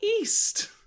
East